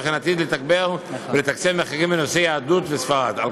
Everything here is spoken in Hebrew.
וכן עתיד לתגבר ולתקצב מחקרים בנושא יהדות ספרד והמזרח.